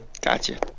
gotcha